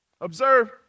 Observe